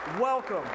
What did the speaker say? welcome